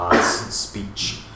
speech